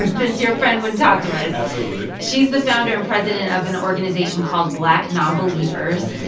since your friend wouldn't talk to us absolutely she's the founder and president of an organization called black nonbelievers.